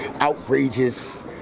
outrageous